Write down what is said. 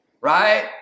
right